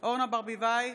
אורנה ברביבאי,